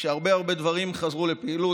כשהרבה הרבה דברים חזרו לפעילות.